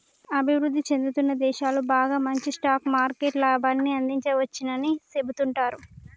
అభివృద్ధి చెందుతున్న దేశాలు బాగా మంచి స్టాక్ మార్కెట్ లాభాన్ని అందించవచ్చని సెబుతుంటారు